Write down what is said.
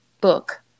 book